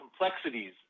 complexities